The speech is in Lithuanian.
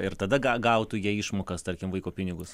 ir tada ga gautų jie išmokas tarkim vaiko pinigus